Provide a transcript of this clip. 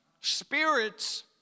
Spirits